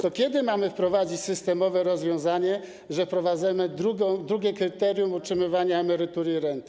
To kiedy mamy wprowadzić systemowe rozwiązanie, że wprowadzamy drugie kryterium otrzymywania emerytur i rent?